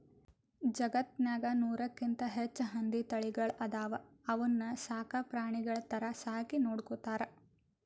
ಜಗತ್ತ್ನಾಗ್ ನೂರಕ್ಕಿಂತ್ ಹೆಚ್ಚ್ ಹಂದಿ ತಳಿಗಳ್ ಅದಾವ ಅವನ್ನ ಸಾಕ್ ಪ್ರಾಣಿಗಳ್ ಥರಾ ಸಾಕಿ ನೋಡ್ಕೊತಾರ್